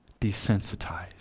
desensitized